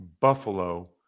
Buffalo